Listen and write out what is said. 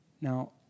Now